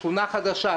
שכונה חדשה,